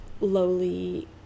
lowly